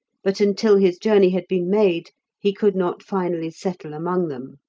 but until his journey had been made he could not finally settle among them.